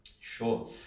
Sure